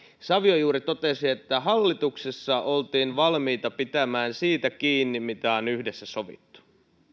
savio juuri totesi että hallituksessa oltiin valmiita pitämään siitä kiinni mitä on yhdessä sovittu